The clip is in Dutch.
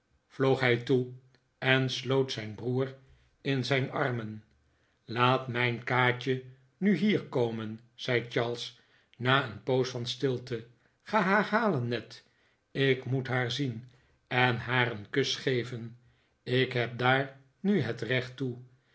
vloog hij toe en sloot zijn broer in zijn armen laat mijn kaatje nu hier komen zei charles na een poos van stilte ga haar halen ned ik moet haar zien en haar een kus geven ik heb daar nu het recht toe